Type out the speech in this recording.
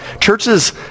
churches